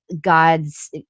God's